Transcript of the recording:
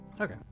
Okay